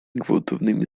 gwałtownymi